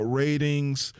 ratings